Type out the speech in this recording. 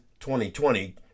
2020